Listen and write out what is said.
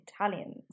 Italians